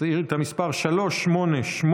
שאילתה מס' 388,